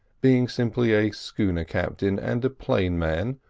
being simply a schooner captain and a plain man,